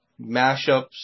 mashups